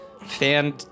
fan